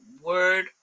word